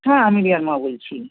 হ্যাঁ আমি রিয়ার মা বলছি